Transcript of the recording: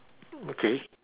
okay